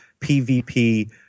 PVP